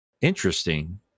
Interesting